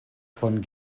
von